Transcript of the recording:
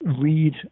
read